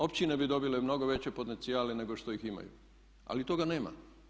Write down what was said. Općine bi dobile mnogo veće potencijale nego što ih imaju ali toga nema.